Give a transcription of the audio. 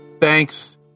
thanks